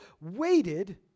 waited